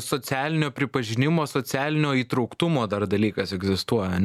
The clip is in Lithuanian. socialinio pripažinimo socialinio įtrauktumo dar dalykas egzistuoja ane